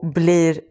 blir